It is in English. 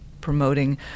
promoting